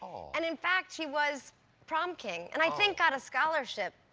and in fact he was prom king. and i think got a scholarship